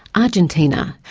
argentina,